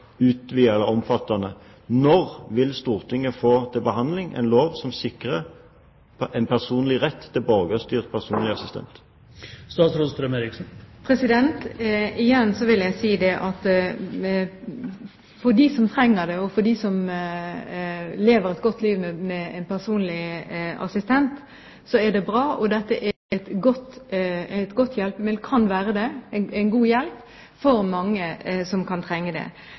omfattende. Når vil Stortinget få til behandling en lov som sikrer en personlig rett til borgerstyrt personlig assistent? Igjen vil jeg si at for dem som trenger det, og for dem som lever et godt liv med en personlig assistent, er det bra. Dette kan være en god hjelp for mange som kan trenge det. Men like fullt er dette en del av et større spekter i hjelpeapparatet, og det må også praktiseres deretter. Det kan være en god løsning for noen, det kan